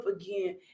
again